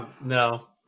No